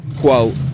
Quote